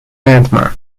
landmark